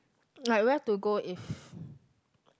I like to go if